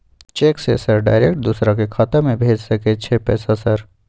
Cheque से sir direct दूसरा के खाता में भेज सके छै पैसा सर?